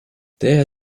daher